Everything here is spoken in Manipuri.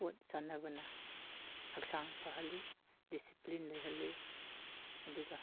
ꯏꯁꯄꯣꯔꯠ ꯁꯥꯟꯅꯕꯅ ꯍꯛꯆꯥꯡ ꯐꯍꯜꯂꯤ ꯗꯤꯁꯤꯄ꯭ꯂꯤꯟ ꯂꯩꯍꯜꯂꯤ ꯑꯗꯨꯒ